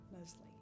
mostly